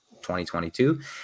2022